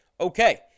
Okay